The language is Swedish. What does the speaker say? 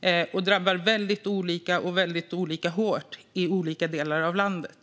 Det drabbar väldigt olika och väldigt olika hårt i olika delar av landet.